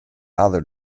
other